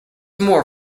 more